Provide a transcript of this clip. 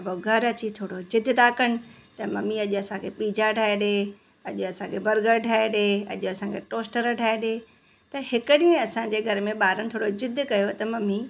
त पोइ घरु अची थोड़ो ज़िद था कनि त मम्मी अॼु असांखे पिज़्ज़ा ठाहे ॾिए अॼु असांखे बर्गर ठाहे ॾिए अॼु असांखे टोस्टर ठाहे ॾिए त हिकु ॾींहुं असांजे घर में ॿारनि थोरो ज़िद कयो त मम्मी